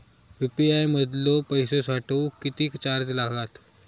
UPI मधलो पैसो पाठवुक किती चार्ज लागात?